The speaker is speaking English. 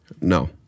No